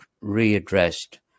readdressed